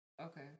Okay